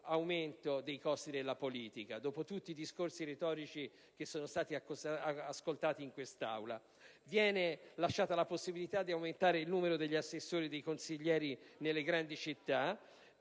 aumento dei costi della politica. Dopo tutti i discorsi retorici che abbiamo ascoltato in quest'Aula, viene lasciata la possibilità di aumentare il numero degli assessori e dei consiglieri nelle grandi città;